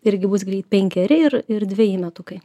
irgi bus greit penkeri ir ir dveji metukai